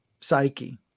psyche